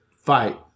fight